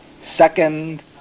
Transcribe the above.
Second